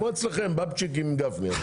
כמו אצלכם בבצ'יק עם גפני.